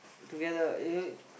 together uh you